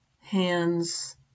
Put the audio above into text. hands